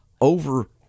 over